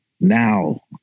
Now